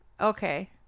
Okay